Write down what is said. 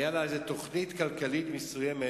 היתה לה איזו תוכנית כלכלית מסוימת,